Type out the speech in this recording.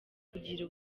kugira